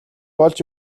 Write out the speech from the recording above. олж